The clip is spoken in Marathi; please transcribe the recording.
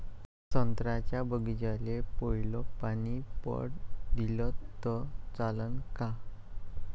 संत्र्याच्या बागीचाले पयलं पानी पट दिलं त चालन का?